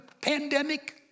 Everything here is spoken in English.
pandemic